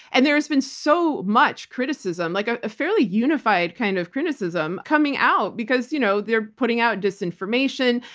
and there has been so much criticism, like ah a fairly unified kind of criticism coming out because you know they're putting out disinformation.